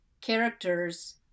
characters